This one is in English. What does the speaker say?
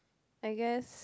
I guess